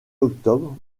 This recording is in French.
octobre